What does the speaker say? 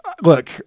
Look